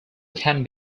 can